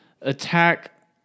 attack